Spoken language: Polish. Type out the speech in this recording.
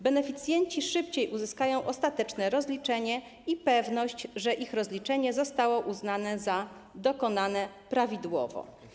Beneficjenci szybciej uzyskają ostateczne rozliczenie i pewność, że ich rozliczenie zostało uznane za dokonane prawidłowo.